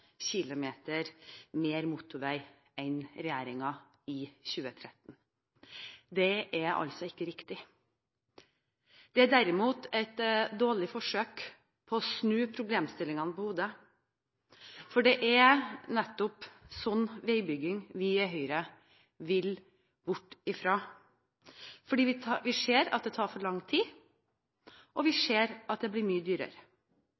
km mer motorvei enn regjeringen i 2013. Det er ikke riktig. Det er derimot et dårlig forsøk på å snu problemstillingen på hodet. Det er nettopp sånn veibygging vi i Høyre vil bort fra, for vi ser at det tar for lang tid, og vi ser at det blir mye dyrere.